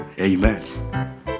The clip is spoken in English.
Amen